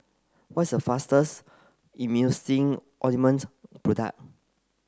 what's a fastest Emulsying Ointment product